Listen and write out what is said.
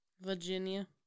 Virginia